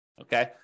Okay